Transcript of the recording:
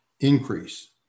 increase